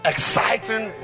Exciting